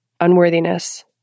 unworthiness